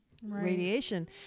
radiation